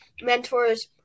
mentors